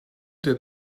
der